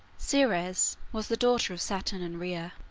ceres was the daughter of saturn and rhea.